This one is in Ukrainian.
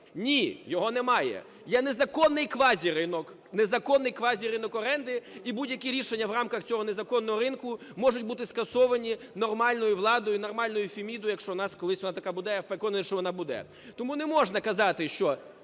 квазіринок, незаконний квазіринок оренди, і будь-які рішення в рамках цього незаконного ринку можуть бути скасовані нормальною владою і нормальною Фемідою, якщо у нас колись вона така буде, я переконаний, що вона буде. Тому не можна казати, що…